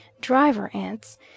driver-ants